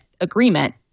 agreement